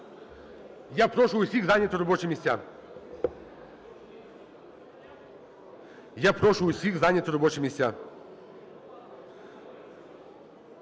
Я прошу всіх зайняти робочі місця.